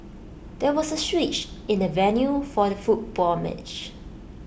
there was A switch in the venue for the football match